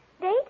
date